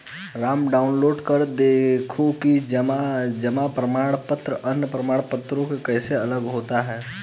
Ram download कर देखो कि जमा प्रमाण पत्र अन्य प्रमाण पत्रों से कैसे अलग होता है?